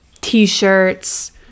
T-shirts